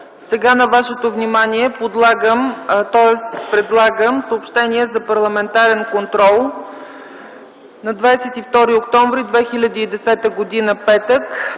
Сега на вашето внимание предлагам съобщения за парламентарен контрол за 22 октомври 2010 г., петък: